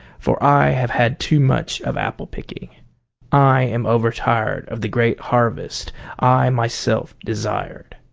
for i have had too much of apple-picking i am overtired of the great harvest i myself desired.